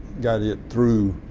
got it through.